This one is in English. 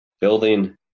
building